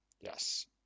Yes